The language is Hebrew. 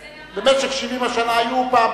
במשך 70 השנה היו פעם,